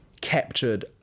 captured